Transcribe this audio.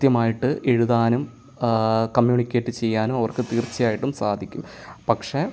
കൃത്യമായിട്ട് എഴുതാനും കമ്മ്യൂണിക്കേറ്റ് ചെയ്യാനും അവർക്ക് തീർച്ചയായിട്ടും സാധിക്കും പക്ഷേ